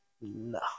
No